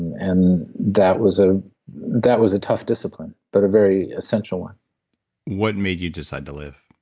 and that was ah that was a tough discipline, but a very essential one what made you decide to live?